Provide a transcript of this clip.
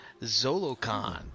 Zolocon